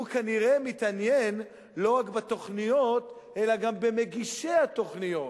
הוא כנראה מתעניין לא רק בתוכניות אלא גם במגישי התוכניות